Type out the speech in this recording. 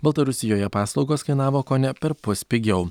baltarusijoje paslaugos kainavo kone perpus pigiau